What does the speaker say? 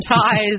ties